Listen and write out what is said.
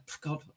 God